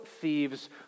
thieves